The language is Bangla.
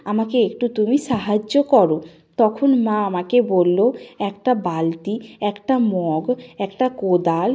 আমাকে একটু তুমি সাহায্য করো তখন মা আমাকে বললো একটা বালতি একটা মগ একটা কোদাল